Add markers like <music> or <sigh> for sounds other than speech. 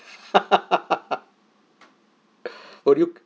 <laughs> <breath> would you